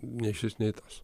nei šis nei tas